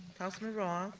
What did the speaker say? councilman roth.